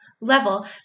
level